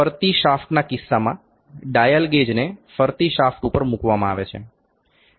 ફરતી શાફ્ટના કિસ્સામાં ડાયલ ગેજને ફરતી શાફ્ટ પર મૂકવામાં આવે છે